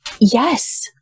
Yes